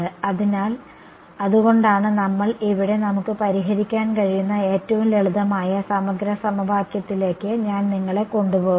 അതിനാൽ അതുകൊണ്ടാണ് നമ്മൾ ഇവിടെ നമുക്ക് പരിഹരിക്കാൻ കഴിയുന്ന ഏറ്റവും ലളിതമായ സമഗ്ര സമവാക്യത്തിലേക്ക് ഞാൻ നിങ്ങളെ കൊണ്ടുപോകുന്നത്